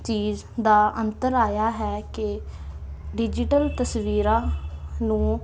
ਚੀਜ਼ ਦਾ ਅੰਤਰ ਆਇਆ ਹੈ ਕਿ ਡਿਜੀਟਲ ਤਸਵੀਰਾਂ ਨੂੰ